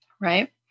right